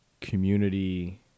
community